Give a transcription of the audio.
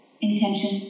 Intention